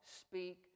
Speak